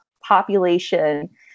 population